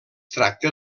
tracta